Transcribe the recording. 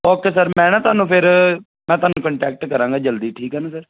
okay sir ਮੈਂ ਨਾ ਤੁਹਾਨੂੰ ਫਿਰ ਮੈਂ ਤੁਹਾਨੂੰ ਕੋਂਟੈਕਟ ਕਰਾਂਗਾ ਜਲਦੀ ਠੀਕ ਹੈ ਨਾ ਸਰ